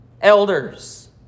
elders